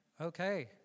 okay